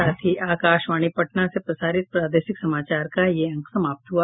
इसके साथ ही आकाशवाणी पटना से प्रसारित प्रादेशिक समाचार का ये अंक समाप्त हुआ